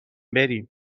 بریم